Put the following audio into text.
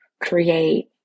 create